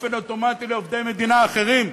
באופן אוטומטי לעובדי מדינה אחרים,